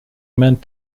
meant